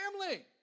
family